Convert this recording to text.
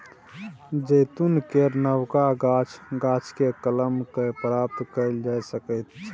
जैतून केर नबका गाछ, गाछकेँ कलम कए प्राप्त कएल जा सकैत छै